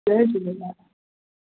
Jay Jhulelal